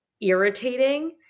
irritating